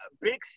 big